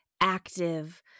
active